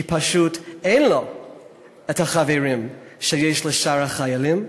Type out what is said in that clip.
כי פשוט אין לו כאן חברים כמו שיש לשאר החיילים,